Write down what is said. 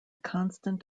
constant